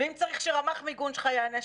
ואם צריך שרמ"ח מיגון שלך יענה,